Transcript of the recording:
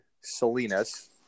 salinas